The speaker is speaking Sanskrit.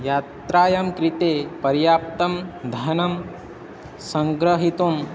यात्रायाः कृते पर्याप्तं धनं सङ्ग्रहीतुम्